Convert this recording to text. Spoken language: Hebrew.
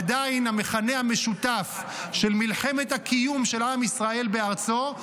עדיין המכנה המשותף של מלחמת הקיום של עם ישראל בארצו,